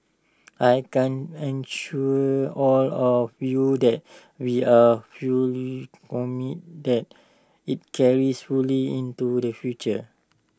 I can assure all of you that we are fully committed that IT carries fully into the future